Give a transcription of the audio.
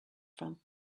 from